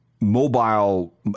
mobile